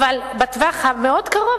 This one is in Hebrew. אבל בטווח המאוד קרוב,